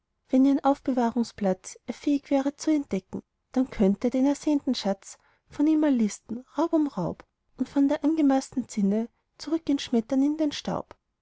wenn ihren aufbewahrungsplatz er fähig wäre zu entdecken dann könnt er den ersehnten schatz von ihm erlisten raub um raub und von der angemaßten zinne zurück ihn schmettern in den staub